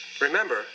Remember